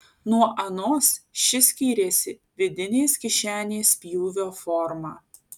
nuo anos ši skyrėsi vidinės kišenės pjūvio forma